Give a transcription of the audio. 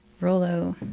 Rolo